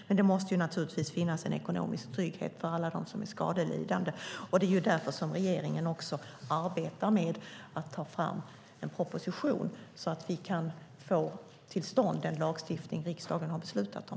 Men det måste naturligtvis finnas en ekonomisk trygghet för alla som blir skadelidande, och det är därför regeringen arbetar med att ta fram en proposition så att vi kan få den lagstiftning till stånd som riksdagen har beslutat om.